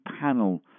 panel